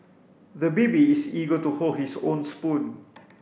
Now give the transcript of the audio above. the baby is eager to hold his own spoon